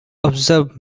observe